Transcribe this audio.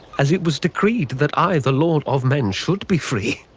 as it was decreed that i, the lord of men, should be free.